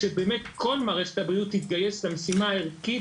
באמת שכל מערכת הבריאות תתגייס למשימה הערכית